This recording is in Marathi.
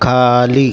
खाली